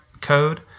code